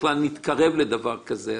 בכלל נתקרב לדבר כזה.